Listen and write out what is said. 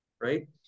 right